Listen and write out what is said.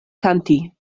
kanti